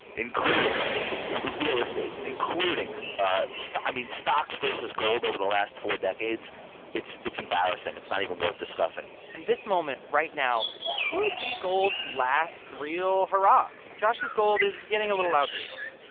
including real estate, including i mean, stocks versus gold over the last four decades it's it's embarrassing. it's not even worth discussing and this moment right now could be gold's last real hurrah. josh says gold is getting a little outdated.